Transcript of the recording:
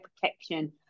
protection